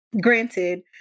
granted